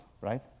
right